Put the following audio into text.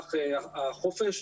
במהלך החופש.